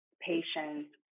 patients